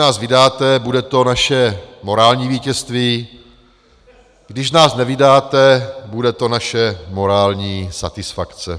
Když nás vydáte, bude to naše morální vítězství, když nás nevydáte, bude to naše morální satisfakce.